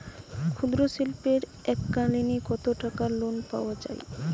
ক্ষুদ্রশিল্পের এককালিন কতটাকা লোন পাওয়া য়ায়?